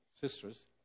sisters